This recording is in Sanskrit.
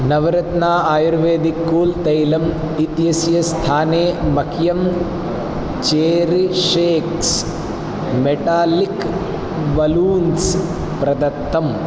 नवरत्ना आयुर्वेदिक् कुल् तैलम् इत्यस्य स्थाने मह्यं चेरिशेक्स् मेटालिक् बलून्स् प्रदत्तम्